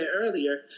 earlier